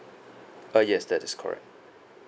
uh yes that is correct